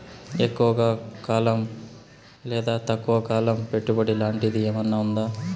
ఎక్కువగా కాలం లేదా తక్కువ కాలం పెట్టుబడి లాంటిది ఏమన్నా ఉందా